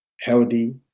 healthy